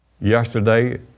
Yesterday